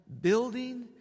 building